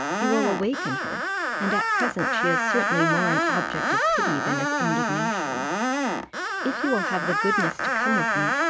you will awaken her and at present she is certainly more an object of pity than of indignation if you will have the goodness to come with me,